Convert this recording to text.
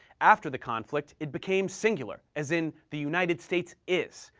after the conflict, it became singular, as in the united states is,